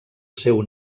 seu